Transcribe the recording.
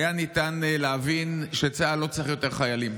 היה ניתן להבין שצה"ל לא צריך יותר חיילים,